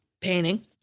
painting